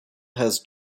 has